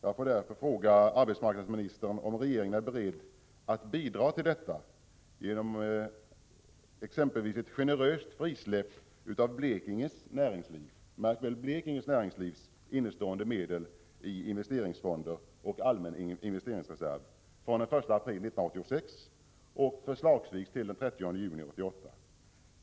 Jag får därför fråga arbetsmarknadsministern om regeringen är beredd att bidra till detta genom exempelvis ett generöst frisläpp av Blekinges näringslivs innestående medel i investeringsfonder och allmän investeringsreserv från den 1 april 1986 till förslagsvis den 30 juni 1988.